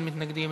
אין מתנגדים,